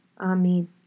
Amen